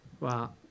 Wow